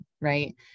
right